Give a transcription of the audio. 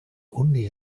only